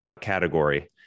category